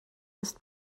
ist